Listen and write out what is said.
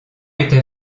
était